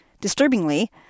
Disturbingly